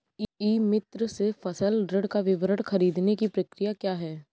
ई मित्र से फसल ऋण का विवरण ख़रीदने की प्रक्रिया क्या है?